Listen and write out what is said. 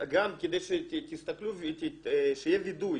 שיהיה וידוא,